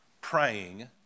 praying